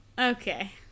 okay